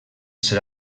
ser